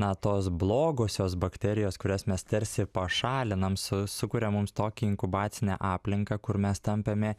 na tos blogosios bakterijos kurias mes tarsi pašalinam su sukuria mums tokį inkubaciję aplinką kur mes tampame